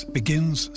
begins